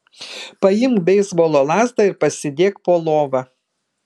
paimk beisbolo lazdą ir pasidėk po lova